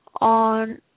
on